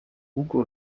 hugo